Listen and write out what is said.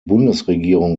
bundesregierung